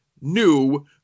new